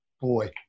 Boy